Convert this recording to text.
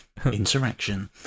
interaction